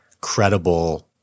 credible